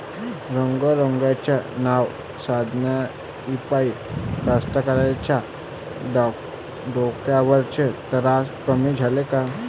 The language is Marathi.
रंगारंगाच्या नव्या साधनाइपाई कास्तकाराइच्या डोक्यावरचा तरास कमी झाला का?